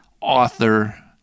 author